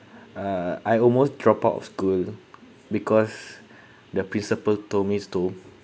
uh I almost drop out of school because the principal told mes to